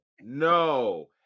No